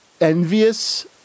envious